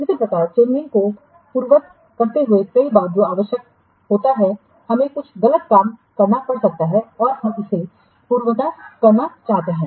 इसी प्रकार चेंजिंस को पूर्ववत करते हुए कई बार जो आवश्यक होता है हमें कुछ गलत काम करना पड़ सकता है और हम इसे पूर्ववत करना चाहते हैं